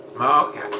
Okay